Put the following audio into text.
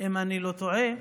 אם אני לא טועה,